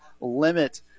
limit